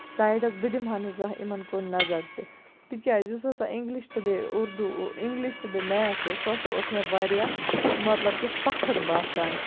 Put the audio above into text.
سایڈَس بہٕ دِمہٕ ہا نہٕ زانٛہہ یِمن کُن نَظر تہِ تِکیٛازِ یُس ہسا اِنٛگلِش تہٕ بیٚیہِ اُردو اِنٛگلِش تہٕ بیٚیہِ میتھ اوس سُہ ہسا اوس مےٚ واریاہ مطلب کہِ سَخٔت باسان